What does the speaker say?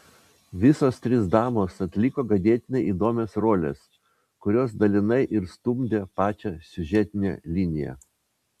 visos trys damos atliko ganėtinai įdomias roles kurios dalinai ir stumdė pačią siužetinę liniją